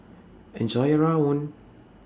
Enjoy your Rawon